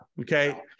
Okay